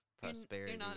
prosperity